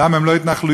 למה, הן לא התנחלויות?